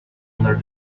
under